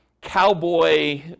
cowboy